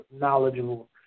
knowledgeable